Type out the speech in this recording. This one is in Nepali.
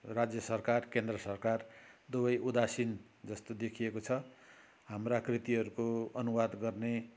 राज्य सरकार केन्द्र सरकार दुवै उदासिन जस्तो देखिएको छ हाम्रा कृतिहरूको अनुवाद गर्ने